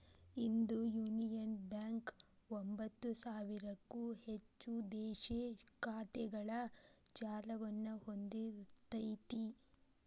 ಇಂದು Union Bank ಒಂಭತ್ತು ಸಾವಿರಕ್ಕೂ ಹೆಚ್ಚು ದೇಶೇ ಶಾಖೆಗಳ ಜಾಲವನ್ನ ಹೊಂದಿಇರ್ತೆತಿ